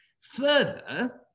Further